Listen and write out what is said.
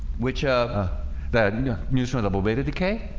which ah that mutant double beta decay.